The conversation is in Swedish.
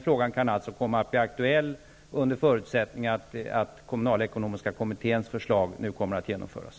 Frågan kan alltså komma att bli aktuell under förutsättning att kommunalekonomiska kommitténs förslag genomförs.